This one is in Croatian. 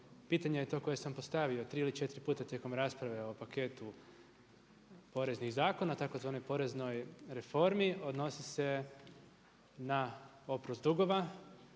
Pitanje je to koje sam postavio tri ili četiri puta tijekom rasprave o paketu poreznih zakona tzv. poreznoj reformi, odnosi se na oprost dugova.